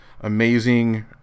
amazing